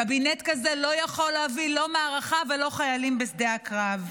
קבינט כזה לא יכול להוביל לא מערכה ולא חיילים בשדה הקרב.